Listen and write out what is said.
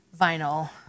Vinyl